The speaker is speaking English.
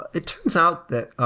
it turns out that